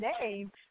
name